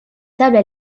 tables